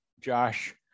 Josh